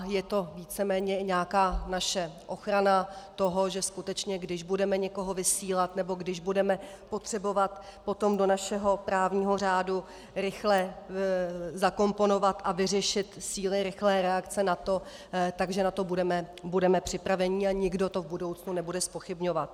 Je to víceméně i nějaká naše ochrana toho, že skutečně když budeme někoho vysílat nebo když budeme potřebovat potom do našeho právního řádu rychle zakomponovat a vyřešit Síly rychlé reakce NATO, budeme na to připraveni a nikdo to v budoucnu nebude zpochybňovat.